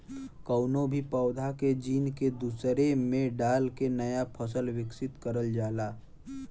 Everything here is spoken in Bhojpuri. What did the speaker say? कउनो भी पौधा के जीन के दूसरे में डाल के नया फसल विकसित करल जाला